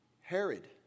Herod